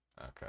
Okay